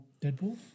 Deadpool